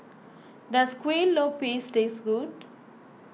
does Kuih Lopes taste good